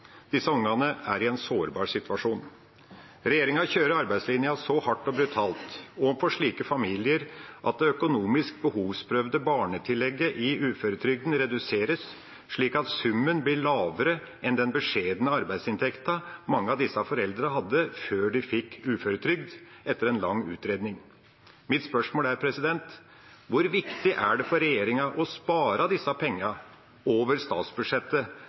Disse barna er i en sårbar situasjon. Regjeringa kjører arbeidslinja så hardt og brutalt overfor slike familier at det økonomisk behovsprøvde barnetillegget i uføretrygden reduseres, slik at summen blir lavere enn den beskjedne arbeidsinntekten mange av disse foreldrene hadde før de etter en lang utredning fikk uføretrygd. Mitt spørsmål er: Hvor viktig er det for regjeringa å spare disse pengene over statsbudsjettet